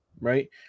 right